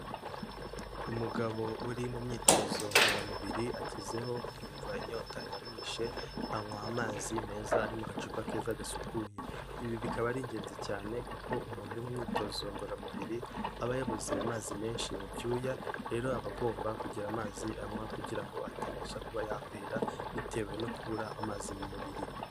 Umugabo uri mu myitozo ngororamubiri agezeho yumva inyota iramwishe, anywa amazi meza ari mu gacupa keza gasukuye. Ibi bikaba ari ingenzi cyane kuko umuntu uri mu myitozo ngoramubiri aba yabuze amazi menshi mu byuya, rero aba agomba kugira amazi anywa kugira ngo atabasha kuba yahwera bitewe no kubura amazi mu mubiri.